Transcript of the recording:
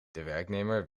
werknemer